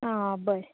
आं बरें